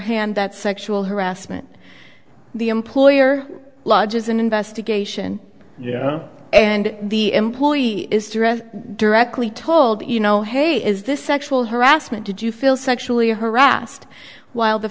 hand that sexual harassment the employer lodges an investigation yeah and the employee is dressed directly told you know hey is this sexual harassment did you feel sexually harassed while the